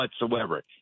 whatsoever